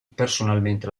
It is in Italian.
personalmente